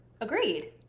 Agreed